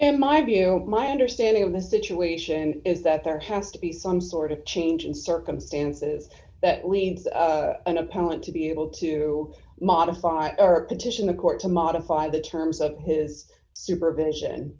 and my view my understanding of the situation is that there has to be some sort of change in circumstances that lead in a parent to be able to modify our petition the court to modify the terms of his supervision